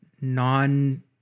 non-